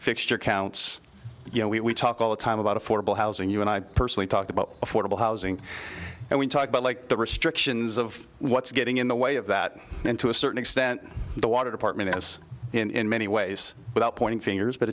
fixture counts you know we talk all the time about affordable housing you and i personally talked about affordable housing and we talk about like the restrictions of what's getting in the way of that and to a certain extent the water department as in many ways without pointing fingers but